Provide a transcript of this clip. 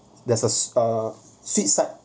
there's a uh there's a suicide